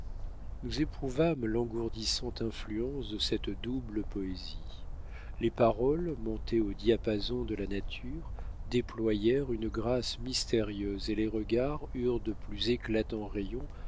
nous éprouvâmes l'engourdissante influence de cette double poésie les paroles montées au diapason de la nature déployèrent une grâce mystérieuse et les regards eurent de plus éclatants